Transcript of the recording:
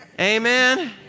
Amen